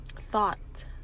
thought